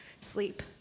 sleep